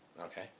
Okay